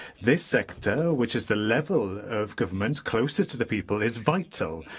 this sector, which is the level of government closest to the people, is vital.